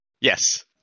Yes